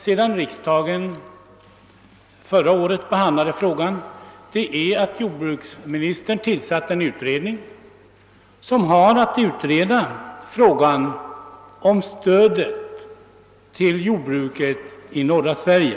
Sedan riksdagen förra året behandlade ärendet har jordbruksministern tillsatt en utredning som har att utreda frågan om stödet till jordbruket i norra Sverige.